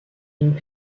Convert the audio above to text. une